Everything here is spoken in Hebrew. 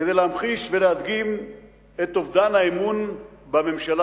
כדי להמחיש ולהדגים את אובדן האמון בממשלה